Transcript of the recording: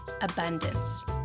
abundance